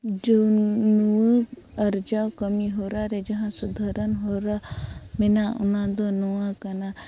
ᱡᱟᱹᱱᱣᱟᱹᱨ ᱟᱨᱡᱟᱣ ᱠᱟᱢᱤ ᱦᱚᱨᱟ ᱨᱮ ᱡᱟᱦᱟᱸ ᱥᱩᱫᱷᱟᱹᱨᱟᱱ ᱦᱚᱨᱟ ᱢᱮᱱᱟᱜ ᱚᱱᱟ ᱫᱚ ᱢᱚᱣᱟ ᱠᱟᱱᱟ